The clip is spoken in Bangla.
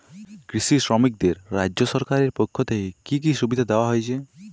কৃষি শ্রমিকদের রাজ্য সরকারের পক্ষ থেকে কি কি সুবিধা দেওয়া হয়েছে?